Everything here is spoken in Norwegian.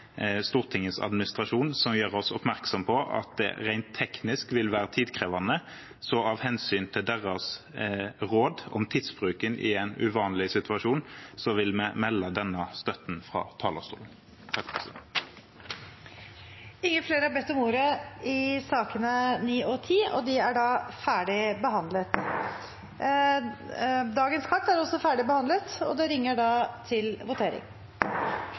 Stortingets administrasjon, som har gjort oss oppmerksom på at det rent teknisk vil være tidkrevende, så av hensyn til deres råd om tidsbruken i en uvanlig situasjon vil vi melde denne støtten fra talerstolen. Flere har ikke bedt om ordet til sakene nr. 9 og 10. Da er Stortinget klar til å gå til votering over sakene på dagens kart. Sak nr. 1 er referat, som det